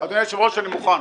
אדוני היושב-ראש, אני מוכן.